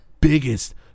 biggest